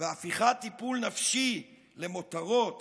והפיכת טיפול נפשי למותרות